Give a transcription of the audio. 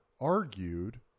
argued